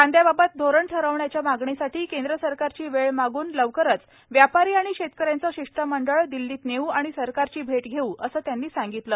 कांद्याबाबत धोरण ठरवण्याच्या मागणीसाठी केंद्र सरकारची वेळ माग्रन लवकरच व्यापारी आणि शेतकऱ्यांचं शिष्टमंडळ दिल्लीत नेऊ आणि सरकारची भेट घेऊ असं त्यांनी सांगितलं